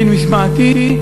דין משמעתי,